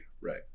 right